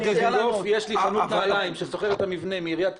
יש לי חנות נעליים שאני שוכר את המבנה מעיריית